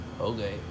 Okay